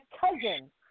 cousin